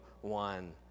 one